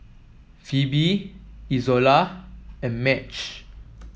Pheobe Izola and Madge